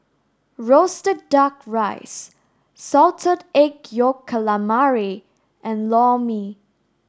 roasted duck rice salted egg yolk calamari and Lor Mee